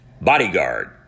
bodyguard